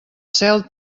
cel